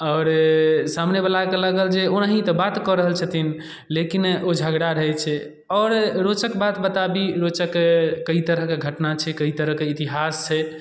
आओर सामनेवला के लगल जे ओनाही तऽ बात कऽ रहल छथिन लेकिन ओ झगड़ा रहै छै आओर रोचक बात बताबी रोचक कइ तरहके घटना छै कइ तरहके इतिहास छै